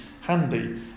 handy